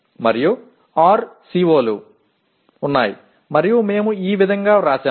మరియు 6 CO లు ఉన్నాయి మరియు మేము ఈ విధంగా వ్రాసాము